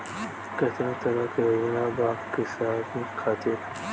केतना तरह के योजना बा किसान खातिर?